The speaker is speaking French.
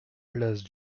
place